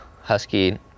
Husky